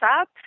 up